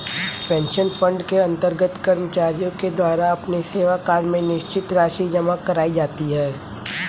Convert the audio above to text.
pension fund के अंतर्गत कर्मचारियों के द्वारा अपने सेवाकाल में निश्चित राशि जमा कराई जाती है